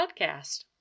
podcast